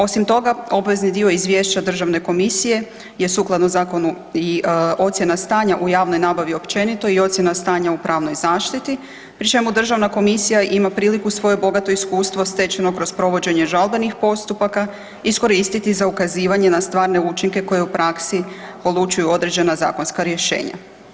Osim toga obvezni dio izvješća državne komisije je sukladno zakonu i ocjena stanja u javnoj nabavi općenito i ocjena stanja u pravnoj zaštiti pri čemu državna komisija ima priliku svoje bogato iskustvo stečeno kroz provođenje žalbenih postupaka iskoristiti za ukazivanje na stvarne učinke koje u praksi polučuju određena zakonska rješenja.